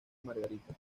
margarita